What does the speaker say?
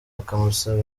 akamusaba